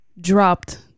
dropped